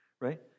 right